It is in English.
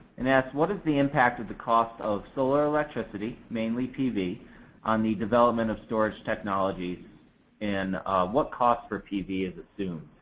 and asks, what is the impact of the cost of solar electricity mainly mpv on the development of storage technology and what cost for mpv is assumed?